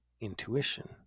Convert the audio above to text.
intuition